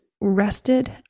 rested